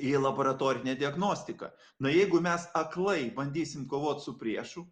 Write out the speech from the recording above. į laboratorinę diagnostiką na jeigu mes aklai bandysim kovot su priešu